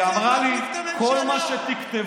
היא אמרה לי: כל מה שתכתבו,